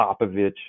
Popovich